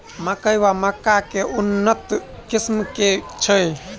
मकई वा मक्का केँ उन्नत किसिम केँ छैय?